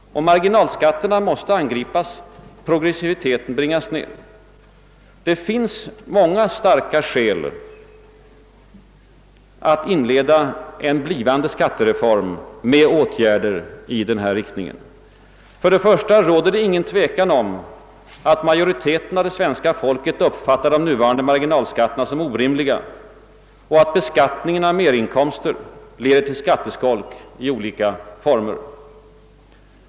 Marginalskatterna måste angripas och progressiviteten måste bringas ned. Det finns många starka skäl att inleda en blivande skattereform med åtgärder i denna riktning. För det första råder det inget tvivel om att majoriteten av det svenska folket uppfattar de nuvarande marginalskatterna som orimliga och att beskattningen av merinkomster leder till skatteskolk i olika former.